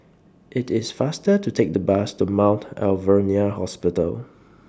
IT IS faster to Take The Bus to Mount Alvernia Hospital